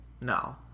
No